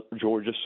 Georgia